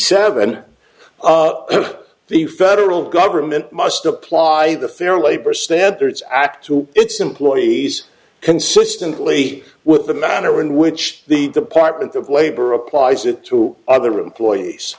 seven the federal government must apply the fair labor standards act to its employees consistently with the manner in which the department of labor applies it to other employees